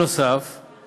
נוסף על כך,